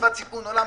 כשסביבת סיכון עולה,